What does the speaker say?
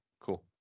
Cool